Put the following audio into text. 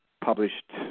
published